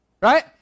Right